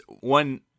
one